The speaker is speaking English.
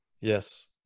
Yes